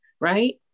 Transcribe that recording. right